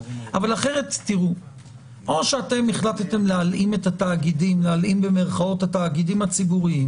אחרת או אתם החלטתם להלאים את במירכאות את התאגידים הציבוריים